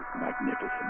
magnificent